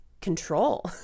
control